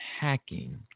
hacking